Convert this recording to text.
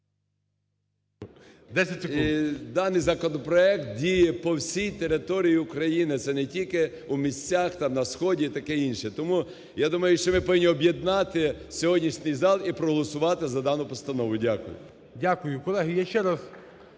Даний законопроект діє по всій території України, це не тільки у місцях, там, на сході і таке інше. Тому я думаю, що ми повинні об'єднати сьогоднішній зал і проголосувати за дану постанову. Дякую. ГОЛОВУЮЧИЙ.